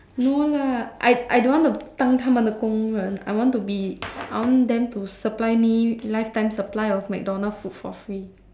no lah I I don't want to 当他们的工人 I want to be I want them to supply me lifetime supply of McDonald food for free